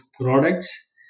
products